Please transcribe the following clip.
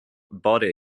body